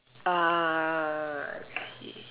ah I see